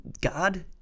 God